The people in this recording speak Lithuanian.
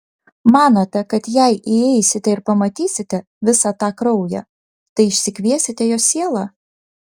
manote kad jei įeisite ir pamatysite visą tą kraują tai išsikviesite jos sielą